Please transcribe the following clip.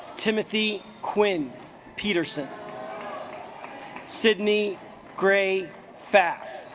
timothy quinn peterson sidney gray fast